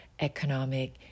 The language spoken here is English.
economic